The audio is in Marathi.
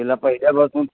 तिला पहिल्यापासून